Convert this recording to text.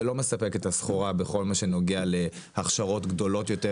זה לא מספק את הסחורה בכל מה שנוגע להכשרות גדולות יותר.